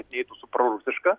neitų su prorusiška